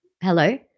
Hello